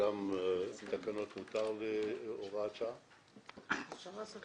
גם כהוראת שעה, האם זה אפשרי?